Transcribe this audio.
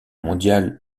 mondiale